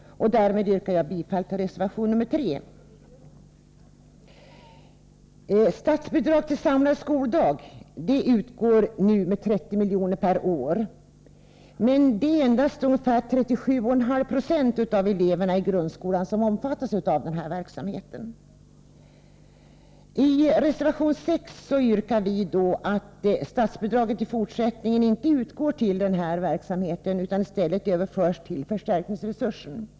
Därmed yrkar jag bifall till reservation 3. Statsbidrag till samlad skoldag utgår nu med 30 milj.kr. per år. Endast ca 37,5 Yo av eleverna i grundskolan omfattas av verksamheten. I reservation 6 yrkar vi att statsbidraget i fortsättningen inte utgår till denna verksamhet utan i stället överförs till förstärkningsresursen.